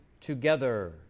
together